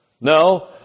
No